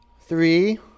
Three